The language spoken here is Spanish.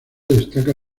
destaca